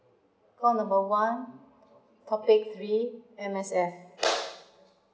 call number one topic three M_S_F